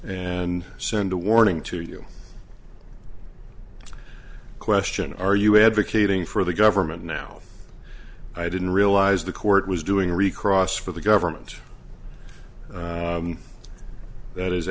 and send a warning to you question are you advocating for the government now i didn't realize the court was doing recross for the government that is